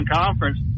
conference